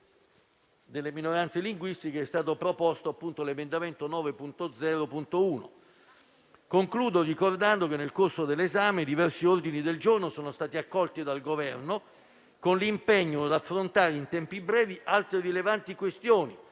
delle minoranze linguistiche è stato proposto appunto l'emendamento 9.0.1. Concludo ricordando che, nel corso dell'esame, diversi ordini del giorno sono stati accolti dal Governo con l'impegno ad affrontare in tempi brevi altre rilevanti questioni.